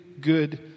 good